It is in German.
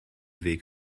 weg